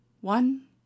one